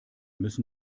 müssen